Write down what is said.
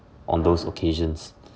on those occasions